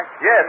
Yes